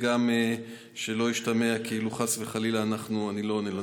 ואני גם לא רוצה שישתמע כאילו חס וחלילה אני לא עונה.